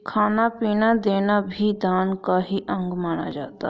खाना पीना देना भी दान का ही अंग माना जाता है